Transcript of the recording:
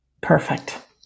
Perfect